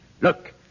Look